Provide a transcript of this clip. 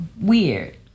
weird